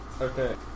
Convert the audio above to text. Okay